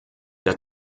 der